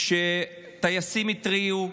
כשטייסים התריעו,